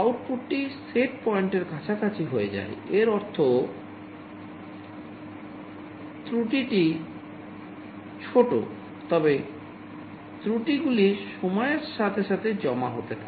সময়ের সাথে সাথে জমা হতে থাকে